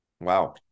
Wow